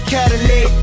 Cadillac